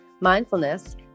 mindfulness